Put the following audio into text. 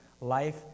life